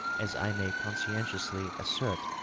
as i may conscientiously assert,